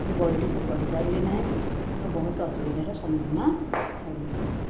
ବହିଟିକୁ ପଢ଼ି ପାରିଲିନାହିଁ ଓ ବହୁତ ଅସୁବିଧାରେ ସମ୍ମୁଖୀନ ହେଲି